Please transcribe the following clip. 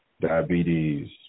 diabetes